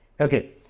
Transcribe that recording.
Okay